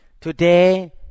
Today